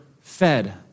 fed